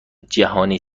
جهانی